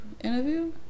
interview